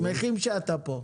שמחים שאתה כאן.